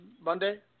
Monday